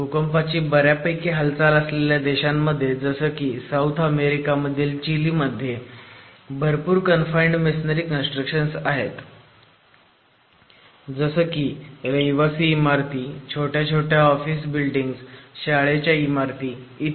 भूकंपाची बर्यापैकी हालचाल असलेल्या देशांमध्ये जसं की साऊथ अमेरिका मधील चिली मध्ये भरपूर कनफाईण्ड मेसोनरी कन्स्ट्रक्शन आहेत जसे की रहिवासी इमारती छोट्या छोट्या ऑफिस बिल्डिंग्स शाळेच्या इमारती ई